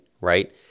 right